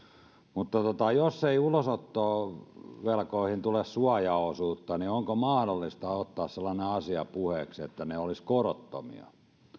mutta jos ei ulosottovelkoihin tule suojaosuutta niin onko mahdollista ottaa sellainen asia puheeksi että ne olisivat korottomia